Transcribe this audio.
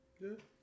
Good